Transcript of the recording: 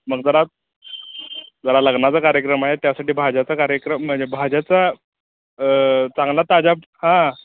मग जरा जरा लग्नाचा कार्यक्रम आहे त्यासाठी भाज्याचा कार्यक्रम म्हणजे भाज्याचा चांगला ताज्या हां